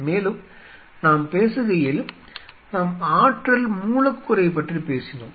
மேலும் நாம் பேசுகையில் நாம் ஆற்றல் மூலக்கூறைப் பற்றி பேசினோம்